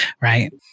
right